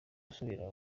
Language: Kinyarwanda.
gusubira